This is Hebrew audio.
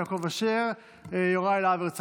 זה עכשיו היה זמן על חשבונו של חבר הכנסת יוראי להב הרצנו.